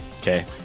okay